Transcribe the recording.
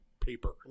paper